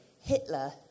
Hitler